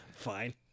fine